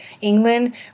England